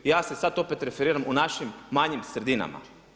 Ja se sad opet referiram u našim manjim sredinama.